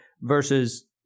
versus